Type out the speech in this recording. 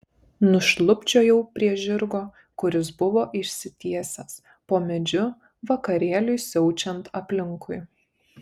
nušlubčiojau prie žirgo kuris buvo išsitiesęs po medžiu vakarėliui siaučiant aplinkui